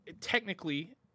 technically